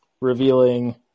revealing